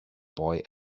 boy